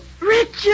Richard